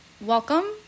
welcome